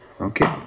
Okay